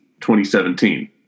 2017